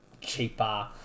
cheaper